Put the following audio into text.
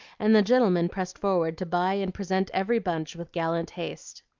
and the gentlemen pressed forward to buy and present every bunch with gallant haste.